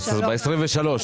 בכנסת ה-23.